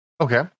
Okay